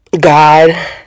God